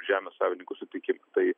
žemių savininkų sutikimą tai